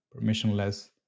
permissionless